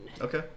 okay